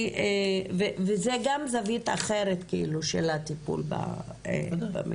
וזו גם זווית אחרת של הטיפול במקרים.